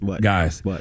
guys